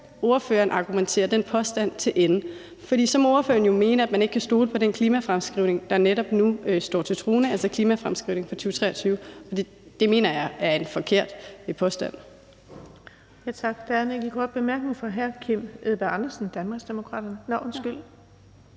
ordføreren argumentere den påstand til ende, for så må ordføreren jo mene, at man ikke kan stole på den klimafremskrivning, der netop nu står til troende, altså klimafremskrivningen for 2023, og det mener jeg er en forkert påstand.